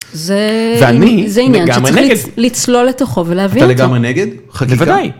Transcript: זה אני לגמרי נגד שצריך לצלול לתוכו ולהביא, אתה לגמרי נגד? בוודאי.